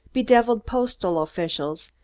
bedeviled postal officials,